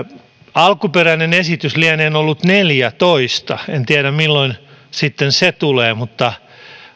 alkuperäinen esitys lienee ollut neljätoista en tiedä milloin sitten se tulee mutta